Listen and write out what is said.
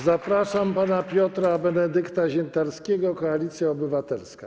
Zapraszam pana Piotra Benedykta Zientarskiego, Koalicja Obywatelska.